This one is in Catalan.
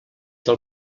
del